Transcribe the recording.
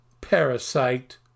Parasite